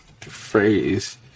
phrase